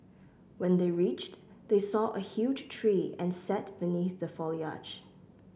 when they reached they saw a huge tree and sat beneath the foliage